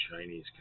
Chinese